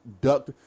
duck